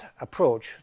approach